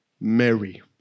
Mary